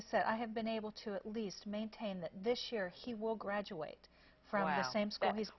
i said i have been able to at least maintain that this year he will graduate from